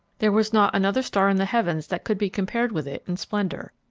there was not another star in the heavens that could be compared with it in splendor.